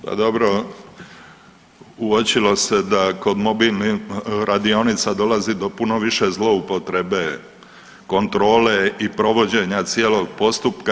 Pa dobro, uočilo se da kod mobilnih radionica dolazi do puno više zloupotrebe kontrole i provođenja cijelog postupka.